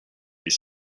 his